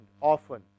often